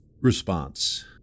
response